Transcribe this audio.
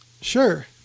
Sure